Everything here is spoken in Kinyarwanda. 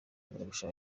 dutangira